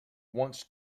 wants